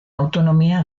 autonomia